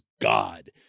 god